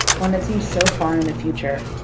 one that seemed so far in the future.